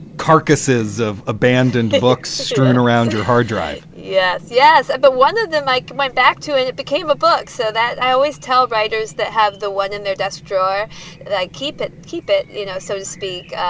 carcasses of abandoned books strewn around your hard drive yes. yes. but one of them, like my back to and it became a book so that i always tell writers that have the one in their desk drawer that i keep it, keep it, you know, so to speak,